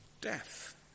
Death